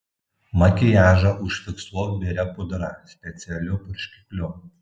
makiažą užfiksuok biria pudra specialiu purškikliu